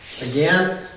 Again